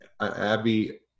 Abby